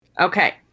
Okay